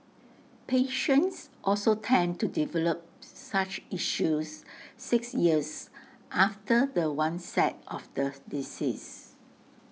patients also tend to develop such issues six years after the onset of the disease